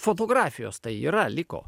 fotografijos tai yra liko